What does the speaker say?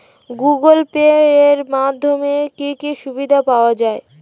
Google Pay এর মাধ্যমে কি কি সুবিধা পাওয়া যায়?